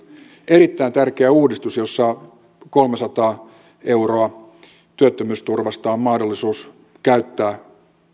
erittäin tärkeä uudistus jossa kolmesataa euroa on mahdollisuus ansaita